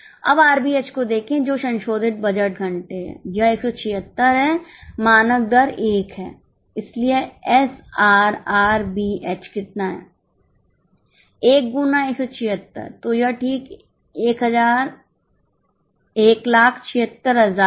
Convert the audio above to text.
अब आरबीएच 184800 है